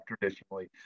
traditionally